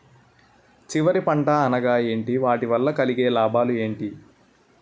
చివరి పంట అనగా ఏంటి వాటి వల్ల కలిగే లాభాలు ఏంటి